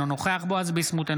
אינו נוכח בועז ביסמוט,